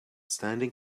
standing